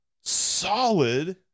solid